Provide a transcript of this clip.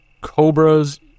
cobras